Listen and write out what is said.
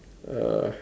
uh